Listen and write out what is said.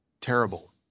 terrible